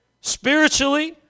spiritually